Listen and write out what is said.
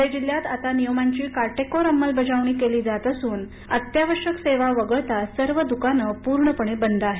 ध्वळे जिल्ह्यात आता नियमांची काटेकोर अंमलबजावणी केली जात असून अत्यावश्यक सेवा वगळता सर्व दुकानं पूर्णपणे बंद आहेत